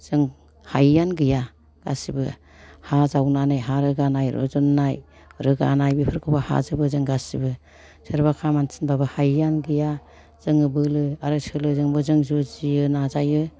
जों हायियानो गैया गासिबो हा जावनानै हा रोगानाय रुजुननाय रोगानाय बेफोरखौबो हाजोबो जों गासिबो सोरबा खामानि थिनबाबो हायैआनो गैया जोङो बोलो आरो सोलोजोंबो जों जुजियो नाजायो आरो